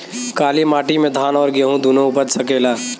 काली माटी मे धान और गेंहू दुनो उपज सकेला?